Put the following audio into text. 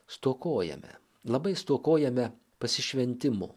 stokojame labai stokojame pasišventimo